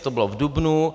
To bylo v dubnu.